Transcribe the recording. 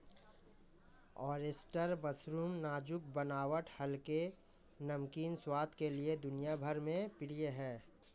oyster mushroom नाजुक बनावट हल्के, नमकीन स्वाद के लिए दुनिया भर में प्रिय है